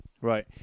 Right